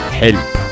help